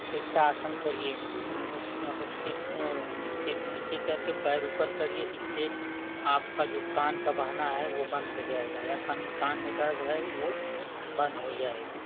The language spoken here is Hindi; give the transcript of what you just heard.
शीर्षासन करिए मतलब मतलब सिर को सिर को नीचे करके पैर ऊपर करिए इससे आपका जो कान का बहना है वो बंद हो जाएगा या कन कान में दर्द है वो बंद हो जाएगा